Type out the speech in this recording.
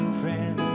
friend